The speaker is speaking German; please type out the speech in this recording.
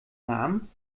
namen